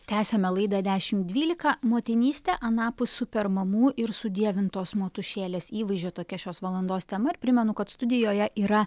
tęsiame laidą dešimt dvylika motinystė anapus super mamų ir sudievintos motušėlės įvaizdžio tokia šios valandos tema ir primenu kad studijoje yra